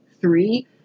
three